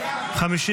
נתקבלה.